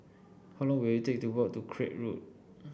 how long will it take to walk to Craig Road